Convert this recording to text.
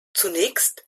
zunächst